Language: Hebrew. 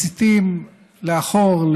מסיטים לאחור,